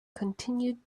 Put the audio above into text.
continued